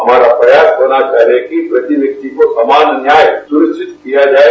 हमारा प्रयास होना चाहिए कि प्रति व्यक्ति समान न्याय सुनिश्चित किया जाये